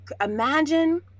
imagine